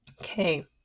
Okay